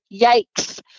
yikes